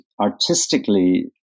artistically